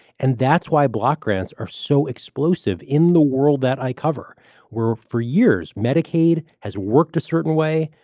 and that's why block grants are so explosive in the world that i cover were for years. medicaid has worked a certain way.